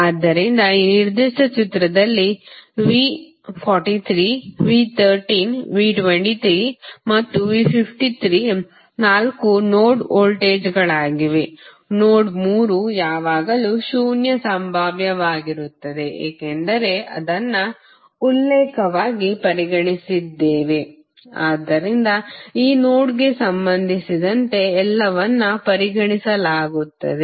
ಆದ್ದರಿಂದ ಈ ನಿರ್ದಿಷ್ಟ ಚಿತ್ರದಲ್ಲಿ ನೋಡಿದರೆ V43 V13 V23 ಮತ್ತು V53 ನಾಲ್ಕು ನೋಡ್ ವೋಲ್ಟೇಜ್ಗಳಾಗಿವೆ ನೋಡ್ ಮೂರು ಯಾವಾಗಲೂ ಶೂನ್ಯ ಸಂಭಾವ್ಯವಾಗಿರುತ್ತದೆ ಏಕೆಂದರೆ ಇದನ್ನು ಉಲ್ಲೇಖವಾಗಿ ಪರಿಗಣಿಸಿದ್ದೇವೆ ಆದ್ದರಿಂದ ಈ ನೋಡ್ಗೆ ಸಂಬಂಧಿಸಿದಂತೆ ಎಲ್ಲವನ್ನೂ ಪರಿಗಣಿಸಲಾಗುತ್ತದೆ